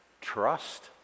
trust